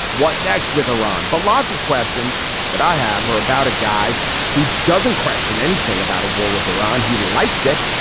what next with iran? but lots of questions that i have about a guy who doesn't question anything about a war with iran. he likes it,